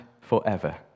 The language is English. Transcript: forever